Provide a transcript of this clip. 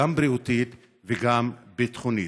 גם בריאותית וגם ביטחונית.